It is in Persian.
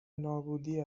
نابودی